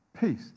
peace